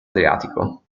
adriatico